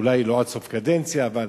אולי לא עד סוף הקדנציה, אבל